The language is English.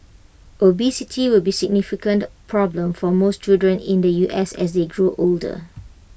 obesity will be A significant problem for most children in the U S as they draw older